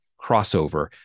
crossover